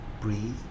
breathe